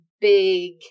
big